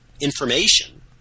information